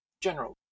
General